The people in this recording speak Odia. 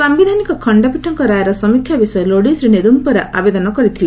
ସାୟିଧାନିକ ଖଣ୍ଡପୀଠଙ୍କ ରାୟର ସମୀକ୍ଷା ବିଷୟ ଲୋଡି ଶ୍ରୀ ନେଦୁମପରା ଆବେଦନ କରିଥିଲେ